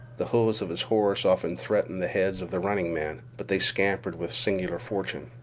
the hoofs of his horse often threatened the heads of the running men, but they scampered with singular fortune.